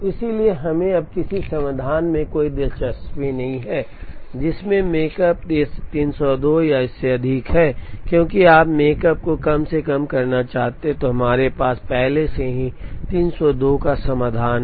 इसलिए हमें अब किसी भी समाधान में कोई दिलचस्पी नहीं है जिसमें मेकप 302 या उससे अधिक है क्योंकि आप मेकप को कम से कम करना चाहते हैं और हमारे पास पहले से ही 302 का समाधान है